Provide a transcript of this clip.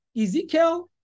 Ezekiel